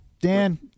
Dan